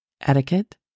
Etiquette